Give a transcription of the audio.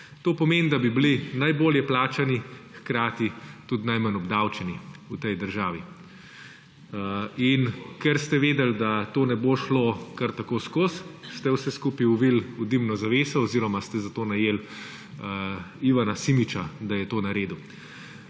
To pomeni, da bi bili najbolje plačani hkrati tudi najmanj obdavčeni v tej državi. Ker ste vedeli, da to ne bo šlo kar tako skozi, ste vse skupaj zavili v dimno zaveso oziroma ste za to najeli Ivana Simiča, da je to naredil.